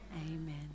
Amen